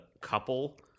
couple